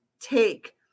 take